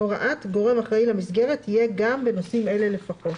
הוראת גורם אחראי למסגרת תהיה גם בנושאים אלה לפחות: